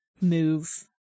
move